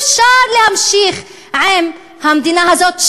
אפשר להמשיך עם המדינה הזאת,